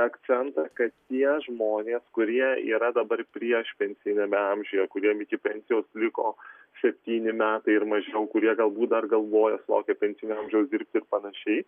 akcentą kad tie žmonės kurie yra dabar priešpensiniame amžiuje kuriem iki pensijos liko septyni metai ir mažiau kurie galbūt dar galvoja sulaukę pensinio amžiaus dirbt ir panašiai